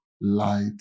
light